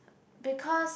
because